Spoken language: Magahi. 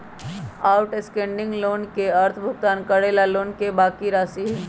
आउटस्टैंडिंग लोन के अर्थ भुगतान करे ला लोन के बाकि राशि हई